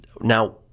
Now